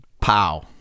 pow